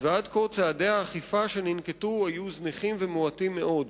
ועד כה צעדי האכיפה שננקטו היו זניחים ומועטים מאוד.